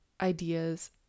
ideas